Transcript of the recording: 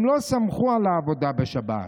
הם לא שמחו על העבודה בשבת,